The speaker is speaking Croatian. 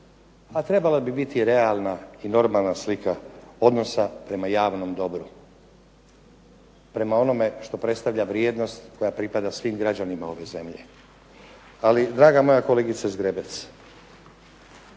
a trebala bi biti realna i normalna slika odnosa prema javnom dobru. Prema onome što predstavlja vrijednost koja pripada svim građanima ove zemlje. Ali draga moja kolegice Zgrebec,